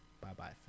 bye-bye